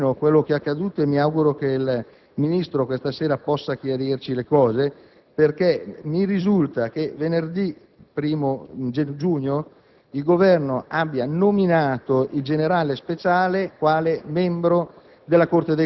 dimettersi in blocco. Approfitto per mettere in fila quel che è accaduto e mi auguro che il Ministro questa sera possa chiarirci le cose. Mi risulta che venerdì 1° giugno